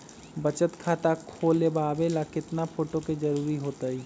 बचत खाता खोलबाबे ला केतना फोटो के जरूरत होतई?